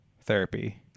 therapy